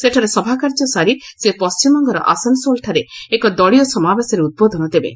ସେଠାରେ ସଭାକାର୍ଯ୍ୟ ସାରି ସେ ପଶ୍ଚିମବଙ୍ଗର ଆସାନସୋଲଠାରେ ଏକ ଦଳୀୟ ସମାବେଶରେ ଉଦ୍ବୋଧନ ଦେବେ